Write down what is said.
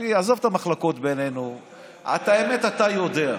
עזוב את המחלוקות בינינו, את האמת אתה יודע.